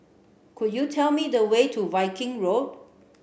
could you tell me the way to Viking Road